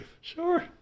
Sure